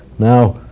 now